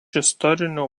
istorinio